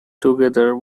together